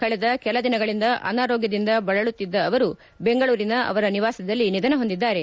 ಕಳೆದ ಕೆಲದಿನಗಳಿಂದ ಅನಾರೋಗ್ಧದಿಂದ ಬಳಲುತ್ತಿದ್ದ ಅವರು ಬೆಂಗಳೂರಿನ ಅವರ ನಿವಾಸದಲ್ಲಿ ನಿಧನ ಹೊಂದಿದ್ದಾರೆ